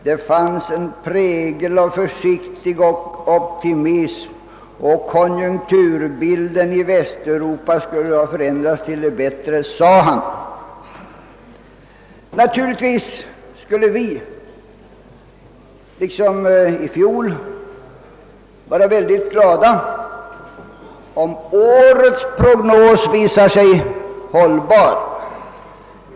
Det fanns en prägel av försiktig optimism, och konjunkturbilden i Västeuropa skulle ha förändrats till det bättre. Naturligtvis skulle vi, liksom 1i fjol, vara mycket glada om årets prognos visar sig hållbar.